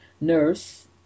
nurse